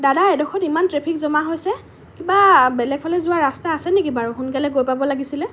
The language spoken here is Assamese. দাদা এই ডোখৰত ইমান ট্ৰেফিক জমা হৈছে কিবা বেলেগফালে যোৱাৰ ৰাস্তা আছে নেকি বাৰু সোনকালে গৈ পাব লাগিছিলে